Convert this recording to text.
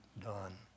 Done